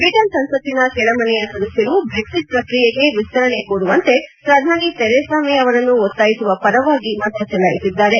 Britain ಸಂಸತ್ತಿನ ಕೆಳಮನೆಯ ಸದಸ್ಯರು ಬ್ರೆಕ್ಸಿಟ್ ಪ್ರಕ್ರಿಯೆಗೆ ವಿಸ್ತರಣೆ ಕೋರುವಂತೆ ಪ್ರಧಾನಿ ಥೆರೆಸಾ ಮೇ ಅವರನ್ನು ಒತ್ತಾಯಿಸುವ ಪರವಾಗಿ ಮತ ಚಲಾಯಿಸಿದ್ದಾರೆ